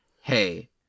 hey